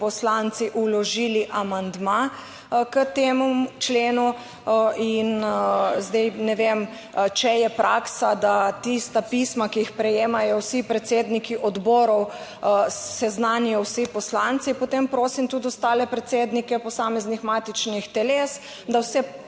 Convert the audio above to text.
poslanci vložili amandma k temu členu in zdaj ne vem, če je praksa, da tista pisma, ki jih prejemajo vsi predsedniki odborov, seznanijo vsi poslanci, potem prosim tudi ostale predsednike posameznih matičnih teles, da vse